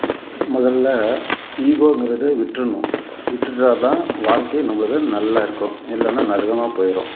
முதல்ல ஈகோங்குறது விட்டுரணும் விட்டுட்டால்தான் வாழ்க்கை நம்மளுது நல்லா இருக்கும் இல்லைன்னா நரகமாக போயிடும்